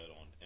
on